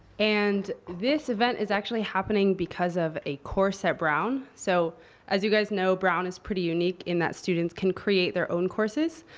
and this event is actually happening because of a course at brown. so as you guys know, brown is pretty unique in that students can create their own courses.